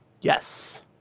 Yes